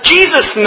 Jesus